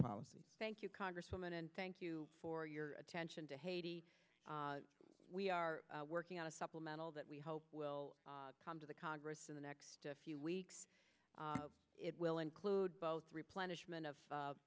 policy thank you congresswoman and thank you for your attention to haiti we are working on a supplemental that we hope will come to the congress in the next few weeks it will include both replenishment of